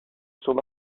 son